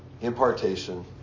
impartation